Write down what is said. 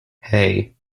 hey